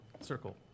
circle